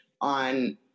on